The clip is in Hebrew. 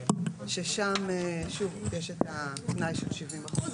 ששם יש את התנאי של שבעים אחוז,